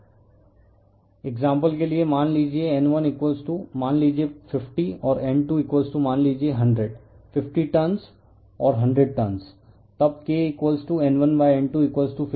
refer slide time 0905 example के लिए मान लीजिए N1 मान लीजिए 50 और N2 मान लीजिए 10050 टर्नस और 100 टर्नस हैं